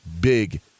big